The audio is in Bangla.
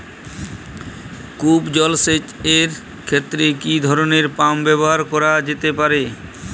কূপ জলসেচ এর ক্ষেত্রে কি ধরনের পাম্প ব্যবহার করা যেতে পারে?